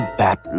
bad